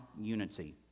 unity